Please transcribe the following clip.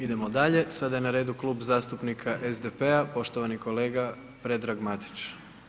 Idemo dalje, sada je na redu Klub zastupnika SDP-a poštovani kolega Predrag Matić.